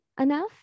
enough